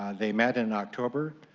they met in october,